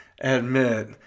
admit